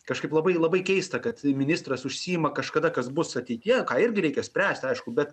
kažkaip labai labai keista kad ministras užsiima kažkada kas bus ateityje ką irgi reikia spręst aišku bet